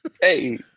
Hey